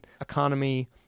economy